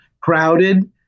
crowded